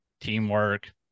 teamwork